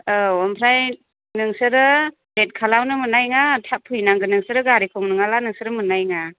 औ ओमफ्राय नोंसोरो लेथ खालामनो मोननाय नङा थाब फैनांगोन नोंसोरो गारिखौ नङाब्ला नोंसोरो मोननाय नङा